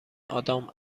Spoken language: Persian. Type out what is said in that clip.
آدام